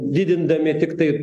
didindami tiktai